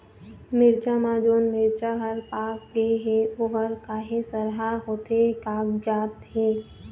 मिरचा म जोन मिरचा हर पाक गे हे ओहर काहे सरहा होथे कागजात हे?